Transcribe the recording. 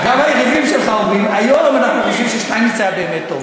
גם היריבים שלך אומרים: היום אנחנו חושבים ששטייניץ היה באמת טוב.